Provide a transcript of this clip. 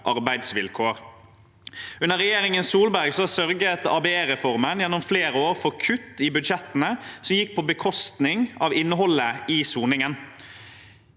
arbeidsvilkår. Under Solberg-regjeringen sørget ABE-reformen gjennom flere år for kutt i budsjettene, som gikk på bekostning av innholdet i soningen.